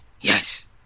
Yes